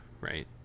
Right